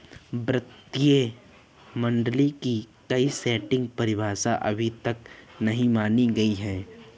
वित्तीय मॉडलिंग की कोई सटीक परिभाषा अभी तक नहीं मानी गयी है